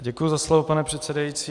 Děkuji za slovo, pane předsedající.